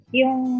yung